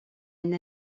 une